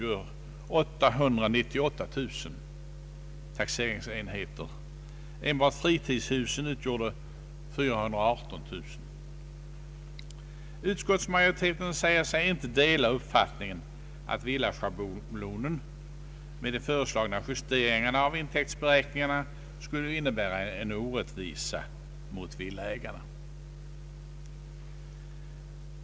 Fri Utskottsmajoriteten säger sig inte dela uppfattningen att villaschablonen med de föreslagna justeringarna av intäktsberäkningarna skulle innebära en orättvisa mot villaägarna.